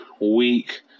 week